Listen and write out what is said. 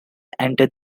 entered